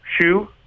shoe